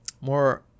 more